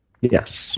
Yes